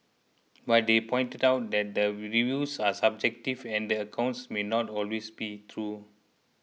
but they pointed out that the reviews are subjective and the accounts may not always be true